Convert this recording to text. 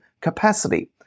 capacity